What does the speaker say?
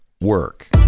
work